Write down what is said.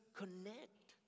connect